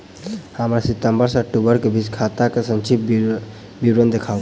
हमरा सितम्बर सँ अक्टूबर केँ बीचक खाता केँ संक्षिप्त विवरण देखाऊ?